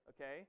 okay